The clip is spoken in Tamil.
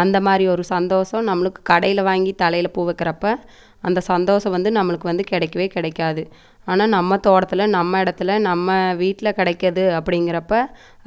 அந்தமாதிரி ஒரு சந்தோசம் நம்மளுக்கு கடையில் வாங்கி தலையில் பூ வைக்கிறப்போ அந்த சந்தோசம் வந்து நம்பளுக்கு வந்து கிடைக்கவே கிடைக்காது ஆனால் நம்ம தோட்டத்தில் நம்ம இடத்துல நம்ம வீட்டில் கிடைக்குது அப்படிங்குறப்ப